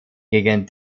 gegen